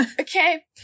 okay